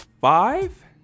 five